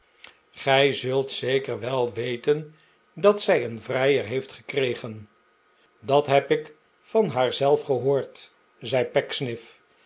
gij maarten chuzzlewit zult zeker wel weten dat zij een vrijer heeft gekregen dat heb ik van haar zelf gehoord zei